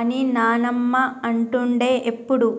అని నానమ్మ అంటుండే ఎప్పుడు